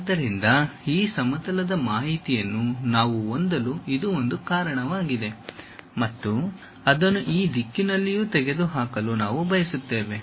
ಆದ್ದರಿಂದ ಈ ಸಮತಲದ ಮಾಹಿತಿಯನ್ನು ನಾವು ಹೊಂದಲು ಇದು ಒಂದು ಕಾರಣವಾಗಿದೆ ಮತ್ತು ಅದನ್ನು ಈ ದಿಕ್ಕಿನಲ್ಲಿಯೂ ತೆಗೆದುಹಾಕಲು ನಾವು ಬಯಸುತ್ತೇವೆ